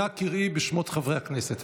נא קראי בשמות חברי הכנסת.